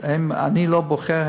אני לא בוחר,